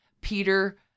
Peter